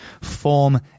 form